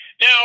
Now